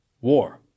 war